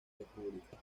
república